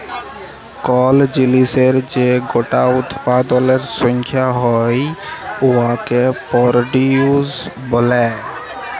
call জিলিসের যে গটা উৎপাদলের সংখ্যা হ্যয় উয়াকে পরডিউস ব্যলে